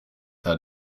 her